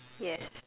yes